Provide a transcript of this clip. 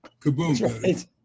Kaboom